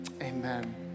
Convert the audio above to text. amen